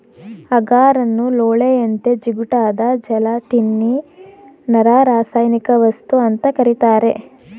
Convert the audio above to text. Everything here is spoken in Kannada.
ಅಗಾರನ್ನು ಲೋಳೆಯಂತೆ ಜಿಗುಟಾದ ಜೆಲಟಿನ್ನಿನರಾಸಾಯನಿಕವಸ್ತು ಅಂತ ಕರೀತಾರೆ